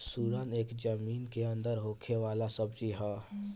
सुरन एगो जमीन के अंदर होखे वाला सब्जी हअ